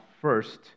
first